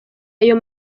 ayo